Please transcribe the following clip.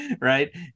right